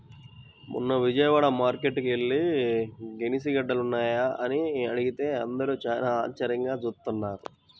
మొన్న విజయవాడ మార్కేట్టుకి యెల్లి గెనిసిగెడ్డలున్నాయా అని అడిగితే అందరూ చానా ఆశ్చర్యంగా జూత్తన్నారు